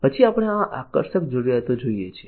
પછી આપણે આ આકર્ષક જરૂરિયાત જોઈએ છીએ